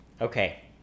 Okay